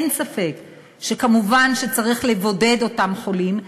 אין ספק כמובן שצריך לבודד את אותם חולים,